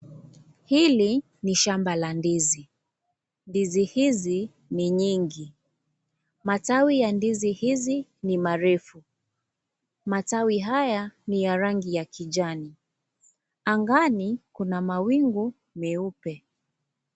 Hili ni shamba la ndizi, ndizi hizi ni nyingi, matawi ya ndizi hizi ni marefu, matawi haya ni ya rangi ya kijani, angani kuna mawingu meupe.